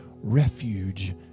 refuge